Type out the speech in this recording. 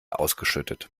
ausgeschüttet